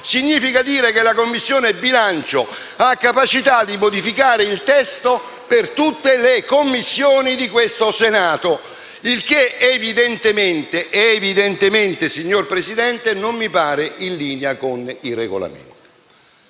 significa dire che la Commissione bilancio ha la capacità di modificare i testi per tutte le Commissioni di questo Senato. E ciò evidentemente, signor Presidente, non mi pare in linea con il Regolamento.